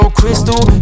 crystal